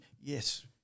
yes